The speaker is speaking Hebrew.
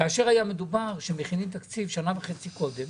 כאשר היה מדובר על כך שמכינים תקציב שנה וחצי קודם